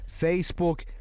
Facebook